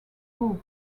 vote